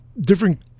different